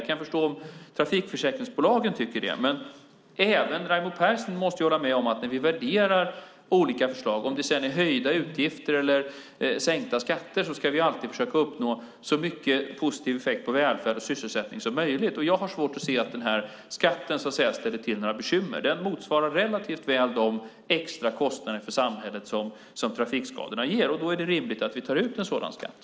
Jag kan förstå om trafikförsäkringsbolagen tycker att det är ett bekymmer, men även Raimo Pärssinen måste hålla med om att vi när vi värderar olika förslag - oavsett om det är höjda utgifter eller sänkta skatter - alltid ska försöka uppnå så mycket positiv effekt på välfärd och sysselsättning som möjligt. Jag har svårt att se att denna skatt ställer till med några bekymmer. Den motsvarar relativt väl de extra kostnader som trafikskadorna ger, och då är det rimligt att vi tar ut en sådan skatt.